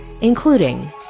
including